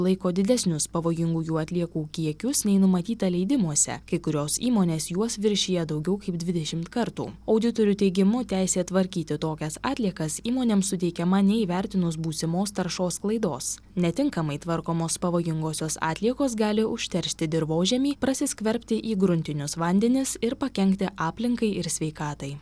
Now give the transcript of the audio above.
laiko didesnius pavojingųjų atliekų kiekius nei numatyta leidimuose kai kurios įmonės juos viršija daugiau kaip dvidešimt kartų auditorių teigimu teisė tvarkyti tokias atliekas įmonėms suteikiama neįvertinus būsimos taršos sklaidos netinkamai tvarkomos pavojingosios atliekos gali užteršti dirvožemį prasiskverbti į gruntinius vandenis ir pakenkti aplinkai ir sveikatai